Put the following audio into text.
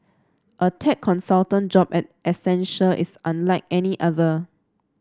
a tech consultant job at Accenture is unlike any other